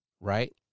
right